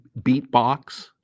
beatbox